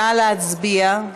נא להצביע.